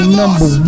number